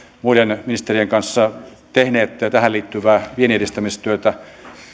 muiden ministerien kanssa tehneet tähän liittyvää vienninedistämistyötä